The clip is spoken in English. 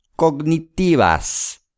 Cognitivas